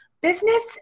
business